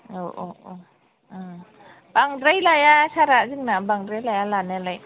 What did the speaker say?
औ औ औ बांद्राय लाया जोंना सारा बांद्राय लाया लानायालाय